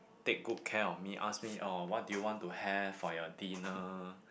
take good care of me ask me orh what do you want to have for your dinner